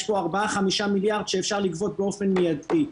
יש פה ארבעה-חמישה מיליארד שאפשר לגבות באופן מיידי.